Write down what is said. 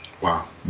Wow